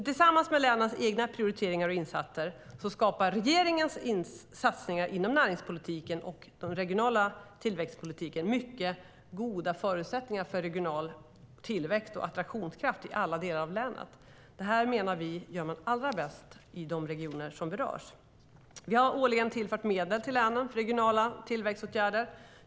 Tillsammans med länens egna prioriteringar och insatser skapar regeringens satsningar inom näringspolitiken och den regionala tillväxtpolitiken mycket goda förutsättningar för regional tillväxt och attraktionskraft i alla delar av länet. Det här gör man allra bäst i de regioner som berörs. Vi har årligen tillfört medel till länen för regionala tillväxtåtgärder.